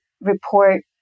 report